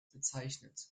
bezeichnet